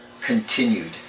continued